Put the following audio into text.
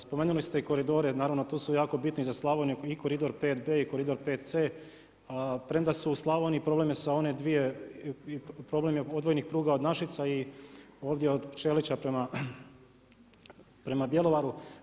Spomenuli ste i koridore, naravno tu su jako bitni i Slavoniju i koridor 5B i koridor 5C, premda su u Slavoniji problem je sa one dvije, problem je odvojenih pruga od Našica i ovdje od Ćelića prema Bjelovaru.